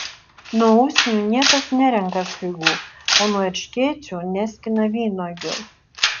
nuo usnių niekas nerenka figų o nuo erškėčių neskina vynuogių